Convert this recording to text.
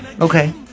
Okay